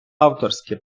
авторське